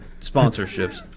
sponsorships